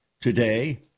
today